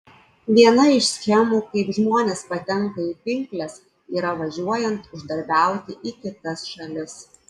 viena iš schemų kaip žmonės patenka į pinkles yra važiuojant uždarbiauti į kitas šalis